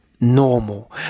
normal